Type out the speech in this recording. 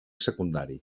secundari